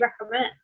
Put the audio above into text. recommend